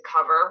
cover